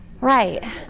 Right